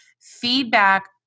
Feedback